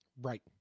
Right